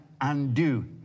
undo